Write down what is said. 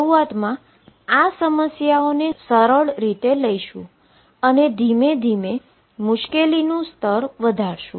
શરૂઆતમાં સમસ્યાઓને સરળ રીતે લઈશુ અને ધીમે ધીમે મુશ્કેલીનું સ્તર વધારશું